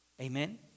Amen